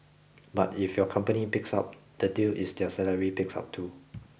but if your company picks up the deal is their salary picks up too